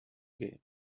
game